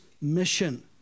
mission